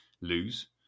lose